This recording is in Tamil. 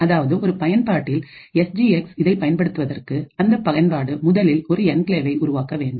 அதாவது ஒரு பயன்பாட்டில் எஸ் ஜி எக்ஸ் இதை பயன்படுத்துவதற்கு அந்த பயன்பாடு முதலில் ஒரு என்கிளேவை உருவாக்க வேண்டும்